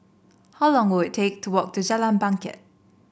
how long will we take to walk to Jalan Bangket